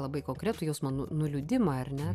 labai konkretų jausmą nu nuliūdimą ar ne